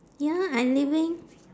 ya I living